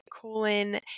colon